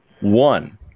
one